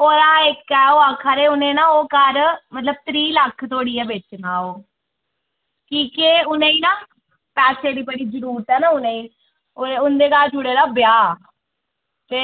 होर हां इक ऐ ओह् आक्खा दे उ'नें ना ओह् घर मतलब त्रीह् लक्ख धोड़ी गै बेचना ओ कि के उ'नेंगी ना पैसे दी बड़ी जरूरत ऐ ना उ'नेंगी होर उं'दे घर जुड़े दा ब्याह् ते